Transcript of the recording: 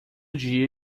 dia